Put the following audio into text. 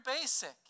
basic